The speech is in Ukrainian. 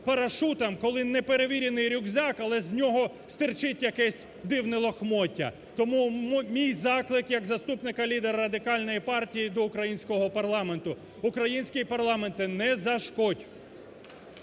коли неперевірений рюкзак, але з нього стирчить якесь дивне лахміття. Тому мій заклик як заступника лідера Радикальної партії до українського парламенту: український парламенте, не зашкодь!